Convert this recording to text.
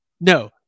no